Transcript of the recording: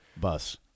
Bus